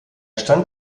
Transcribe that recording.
stand